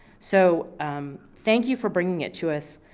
so thank you for bringing it to us,